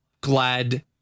glad